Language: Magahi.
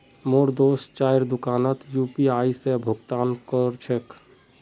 मोर दोस्त चाइर दुकानोत यू.पी.आई स भुक्तान कर छेक